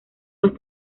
los